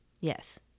Yes